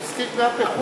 אלא עוסקים גם בחוץ,